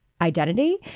identity